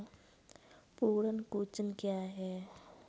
पर्ण कुंचन क्या है?